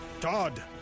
Todd